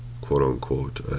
quote-unquote